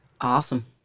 awesome